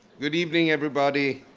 good evening, everybody.